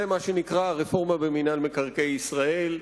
זה מה שנקרא הרפורמה במינהל מקרקעי ישראל.